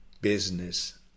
business